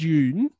June